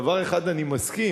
דבר אחד אני מסכים,